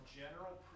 general